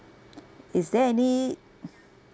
is there any